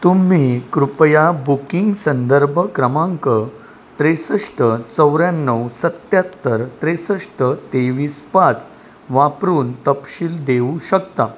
तुम्ही कृपया बुकिंग संदर्भ क्रमांक त्रेसष्ट चौऱ्याण्णव सत्त्याहत्तर त्रेसष्ट तेवीस पाच वापरून तपशील देऊ शकता